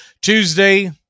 Tuesday